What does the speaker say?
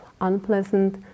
unpleasant